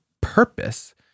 purpose